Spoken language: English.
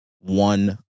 one